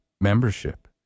membership